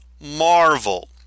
marvel